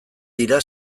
dira